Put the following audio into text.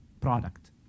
product